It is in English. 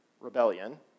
rebellion